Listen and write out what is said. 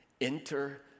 enter